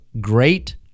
great